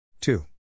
two